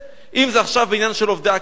אם זה עכשיו בעניין של עובדי הקבלן,